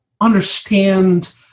understand